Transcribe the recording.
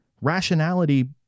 rationality